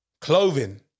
Clothing